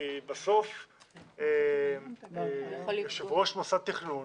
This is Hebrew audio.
כי בסוף, יושב-ראש מוסד תכנון